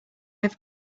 have